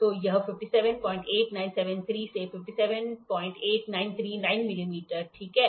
तो यह 578973 से 578939 मिलीमीटर ठीक है